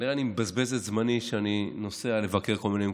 כנראה אני מבזבז את זמני כשאני נוסע לבקר בכל מיני מקומות,